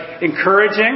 encouraging